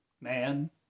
man